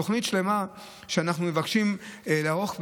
תוכנית שלמה שאנחנו מבקשים לערוך,